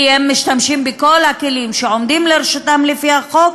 כי הם משתמשים בכל הכלים שעומדים לרשותם לפי החוק,